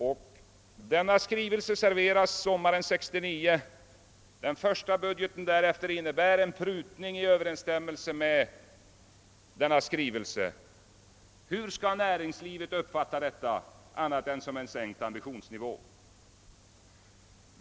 Vägverkets skrivelse presenterades sommaren 1969, och den första budgeten därefter innebar prutningar i överensstämmelse med skrivelsen. Hur skall näringslivet kunna uppfatta detta som annat än en sänkt ambitionsnivå?